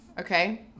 Okay